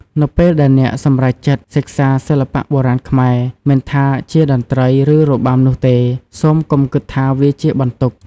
នៅពេលដែលអ្នកសម្រេចចិត្តសិក្សាសិល្បៈបុរាណខ្មែរ មិនថាជាតន្ត្រី ឬរបាំនោះទេ សូមកុំគិតថាវាជាបន្ទុក។